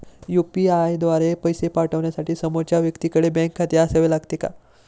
UPI द्वारा पैसे पाठवण्यासाठी समोरच्या व्यक्तीकडे बँक खाते असावे लागते का?